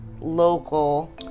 local